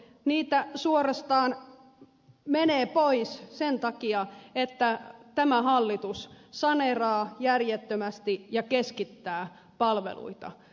niitä suorastaan menee pois sen takia että tämä hallitus saneeraa järjettömästi ja keskittää palveluita